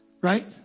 right